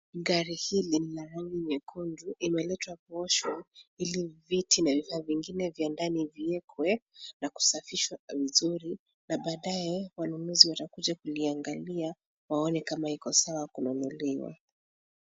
Gari hili ni la rangi nyekundu imeletwa kuoshwa ili viti na vifaa vingine vya ndani viwekwe na kusafishwa vizuri na baadaye wanunuzi watakuja kuliangalia waone kama iko sawa kununuliwa.